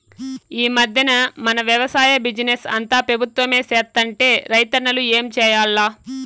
ఈ మధ్దెన మన వెవసాయ బిజినెస్ అంతా పెబుత్వమే సేత్తంటే రైతన్నలు ఏం చేయాల్ల